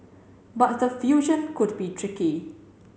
but the fusion could be tricky